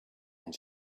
and